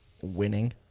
winning